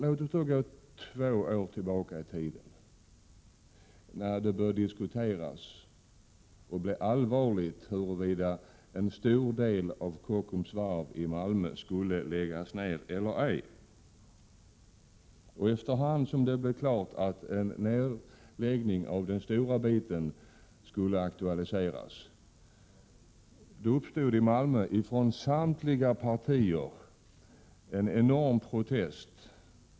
Låt oss då gå två år tillbaka i tiden, när det på allvar började diskuteras huruvida en stor del av Kockums varv i Malmö skulle läggas ned eller ej. Efter hand som det blev klart att en nedläggning av den stora biten skulle aktualiseras, blev det enorma protester från samtliga partier i Malmö.